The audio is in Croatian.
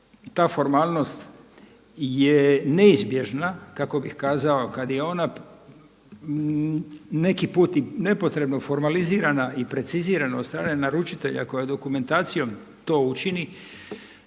ta formalnost je neizbježna kako bih kazao, kad je ona neki put i nepotrebno formalizirana i precizirana od strane naručitelja koje dokumentacijom to učini